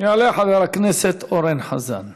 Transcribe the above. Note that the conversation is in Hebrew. חברת הכנסת איילת נחמיאס ורבין.